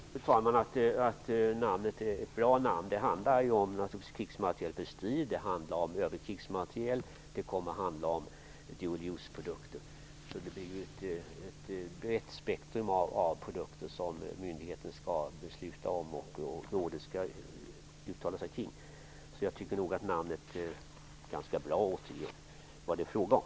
Fru talman! Jag tycker att det är ett bra namn. Det handlar ju naturligtvis om krigsmateriel för strid och övrig krigsmateriel och kommer att handla om dual use-produkter. Det rör sig alltså om ett brett spektrum av produkter som myndigheten skall besluta om och som rådet skall uttala sig kring. Jag tycker nog att namnet ganska bra återger vad det är fråga om.